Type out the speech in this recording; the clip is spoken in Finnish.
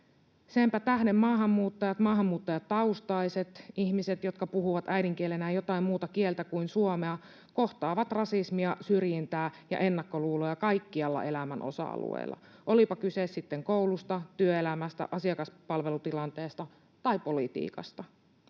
Senpä tähden maahanmuuttajat, maahanmuuttajataustaiset, ihmiset, jotka puhuvat äidinkielenään jotain muuta kieltä kuin suomea, kohtaavat rasismia, syrjintää ja ennakkoluuloja kaikilla elämän osa-alueilla, olipa kyse sitten koulusta, työelämästä, asiakaspalvelutilanteesta tai politiikasta,